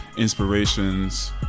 Inspirations